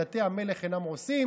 ואת דתי המלך אינם עֹשים",